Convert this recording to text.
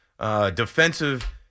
defensive